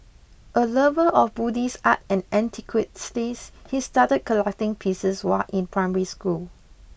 a lover of Buddhist art and antiquities he started collecting pieces while in primary school